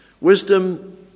Wisdom